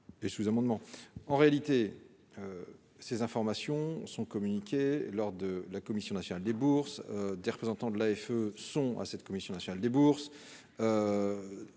en réalité, ces informations sont communiquées lors de la commission nationale des bourses, des représentants de l'AFE sont à cette commission nationale des bourses